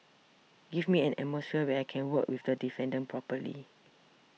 give me an atmosphere where I can work with the defendant properly